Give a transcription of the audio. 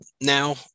now